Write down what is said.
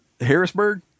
Harrisburg